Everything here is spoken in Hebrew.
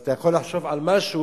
ואתה יכול לחשוב על משהו,